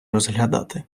розглядати